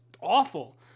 awful